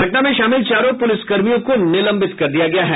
घटना में शामिल चारों पुलिसकर्मियों को निलंबित कर दिया गया है